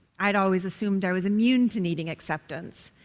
i had always assumed i was immune to needing acceptance.